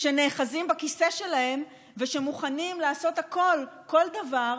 שנאחזים בכיסא שלהם ושמוכנים לעשות הכול, כל דבר,